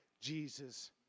Jesus